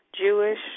Jewish